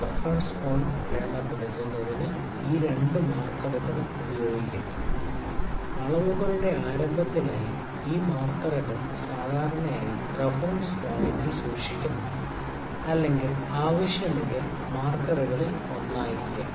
reference point അടയാളപ്പെടുത്തുന്നതിന് ഈ രണ്ട് മാർക്കറുകളും ഉപയോഗിക്കുന്നു അളവുകളുടെ ആരംഭത്തിനായി ഈ മാർക്കറുകൾ സാധാരണയായി റഫറൻസ് പോയിന്റിൽ സൂക്ഷിക്കുന്നു അല്ലെങ്കിൽ ആവശ്യമെങ്കിൽ മാർക്കറുകളിൽ ഒന്നായിരിക്കാം